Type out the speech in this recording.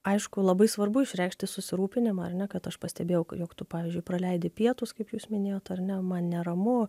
aišku labai svarbu išreikšti susirūpinimą ar ne kad aš pastebėjau jog tu pavyzdžiui praleidi pietus kaip jūs minėjot ar ne man neramu